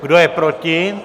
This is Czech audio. Kdo je proti?